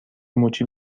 مچی